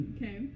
Okay